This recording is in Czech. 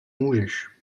můžeš